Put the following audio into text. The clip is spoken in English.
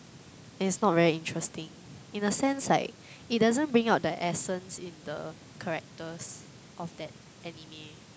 and it's not very interesting in a sense like it doesn't bring out the essence in the characters of that anime